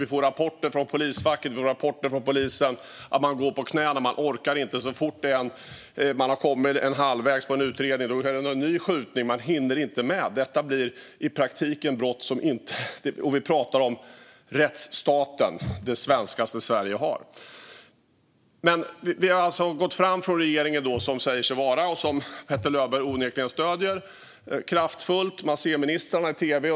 Vi får rapporter från polisfacket och från polisen om att man går på knäna och inte orkar. Så fort man har kommit halvvägs i en utredning sker en ny skjutning, och man hinner inte med dessa brott i praktiken. Och vi pratar om rättsstaten, det svenskaste Sverige har. Regeringen säger sig ha gått fram kraftfullt, vilket Petter Löberg onekligen stöder. Man ser ministrarna i tv.